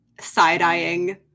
side-eyeing